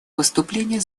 выступление